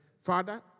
Father